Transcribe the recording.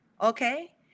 okay